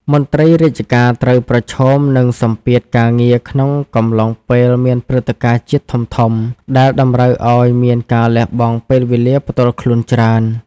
មន្ត្រីរាជការត្រូវប្រឈមនឹងសម្ពាធការងារក្នុងកំឡុងពេលមានព្រឹត្តិការណ៍ជាតិធំៗ ដែលតម្រូវឱ្យមានការលះបង់ពេលវេលាផ្ទាល់ខ្លួនច្រើន។